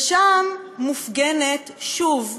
ושם מופגנת שוב,